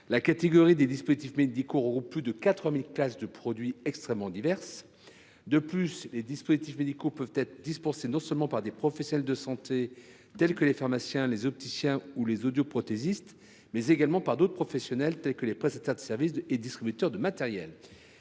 La catégorie des dispositifs médicaux regroupe plus de 80 000 classes de produits extrêmement divers. Ils peuvent être dispensés non seulement par des professionnels de santé tels que les pharmaciens, les opticiens ou les audioprothésistes, mais également par d’autres professionnels tels que les prestataires de services et distributeurs de matériel.